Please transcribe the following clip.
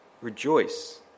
Rejoice